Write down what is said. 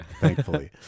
thankfully